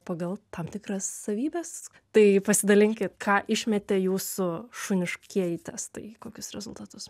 pagal tam tikras savybes tai pasidalinkit ką išmetė jūsų šuniškieji testai kokius rezultatus